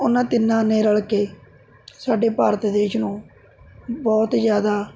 ਉਹਨਾਂ ਤਿੰਨਾਂ ਨੇ ਰਲ਼ ਕੇ ਸਾਡੇ ਭਾਰਤ ਦੇਸ਼ ਨੂੰ ਬਹੁਤ ਜਿਆਦਾ